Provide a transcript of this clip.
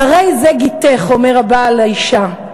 "הרי זה גטך" אומר הבעל לאישה,